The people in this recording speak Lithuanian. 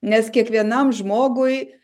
nes kiekvienam žmogui